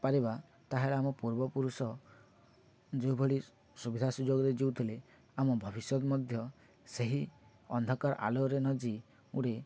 ପାରିବା ତା'ହେଲେ ଆମ ପୂର୍ବପୁରୁଷ ଯେଉଁଭଳି ସୁବିଧା ସୁଯୋଗରେ ଯେଉଁ ଥିଲେ ଆମ ଭବିଷ୍ୟତ ମଧ୍ୟ ସେହି ଅନ୍ଧକାର ଆଲୁଅରେ ନଜି ଗୁଟେ